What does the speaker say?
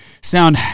sound